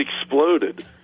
exploded